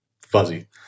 fuzzy